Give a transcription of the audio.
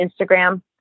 Instagram